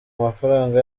amafranga